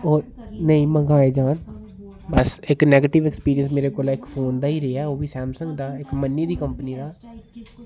ओह् नेईं मंगाये जान बस इक नैगेटिव एक्सपीरियंस मेरे कोला ओह्बी फोन दा इक मन्नी दी कंपनी दा